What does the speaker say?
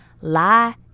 Lie